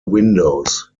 windows